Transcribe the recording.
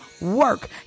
work